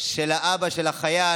של האבא של החייל,